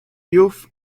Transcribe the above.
youth